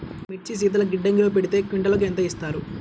మిర్చి శీతల గిడ్డంగిలో పెడితే క్వింటాలుకు ఎంత ఇస్తారు?